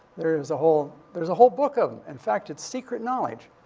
there's a whole there's a whole book of em. in fact, it's secret knowledge.